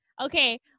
Okay